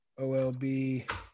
olb